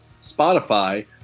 Spotify